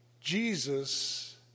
Jesus